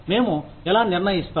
మేము ఎలా నిర్ణయిస్తాం